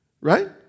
right